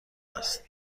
است